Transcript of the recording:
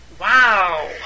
Wow